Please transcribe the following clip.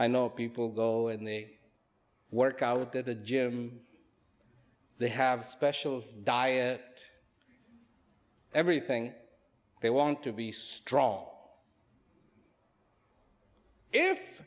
i know people go and they work out that the germ they have a special diet everything they want to be strong if